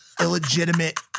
illegitimate